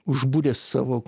užbūrė savo